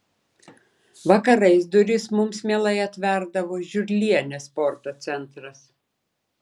vakarais duris mums mielai atverdavo žiurlienės sporto centras